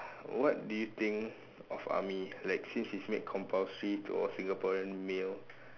what do you think of army like since it's made compulsory to all Singaporean male